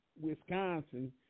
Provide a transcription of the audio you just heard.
Wisconsin